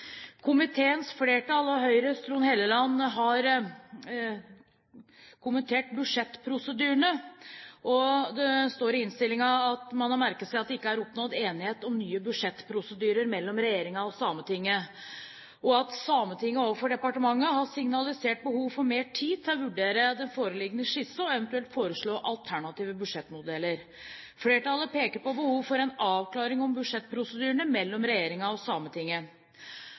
Komiteens flertall og Høyres Trond Helleland har kommentert budsjettprosedyrene, og man har merket seg at det ikke er oppnådd enighet om nye budsjettprosedyrer mellom regjeringen og Sametinget, og at Sametinget overfor departementet har signalisert behov for mer tid til å vurdere foreliggende skisse og eventuelt foreslå alternative budsjettmodeller. Flertallet peker på behovet for en avklaring om budsjettprosedyrene mellom regjeringen og Sametinget.